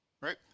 right